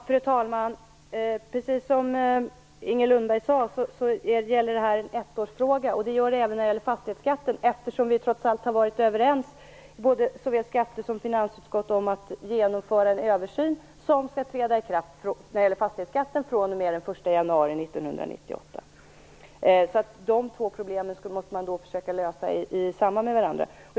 Fru talman! Precis som Inger Lundberg sade gäller detta en ettårsfråga, och det gör det även beträffande fastighetsskatten. Vi har i såväl skatteutskottet som finansutskottet varit överens om att det skall göras en översyn från den 1 januari 1998 som skall gälla fastighetsskatten. Dessa två problem bör man försöka lösa i ett sammanhang.